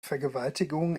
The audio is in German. vergewaltigung